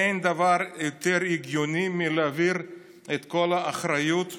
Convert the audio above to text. אין דבר יותר הגיוני מלהעביר את כל האחריות לצה"ל.